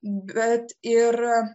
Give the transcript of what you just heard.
bet ir